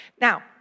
Now